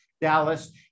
Dallas